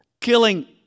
killing